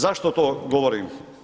Zašto to govorim?